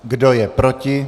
Kdo je proti?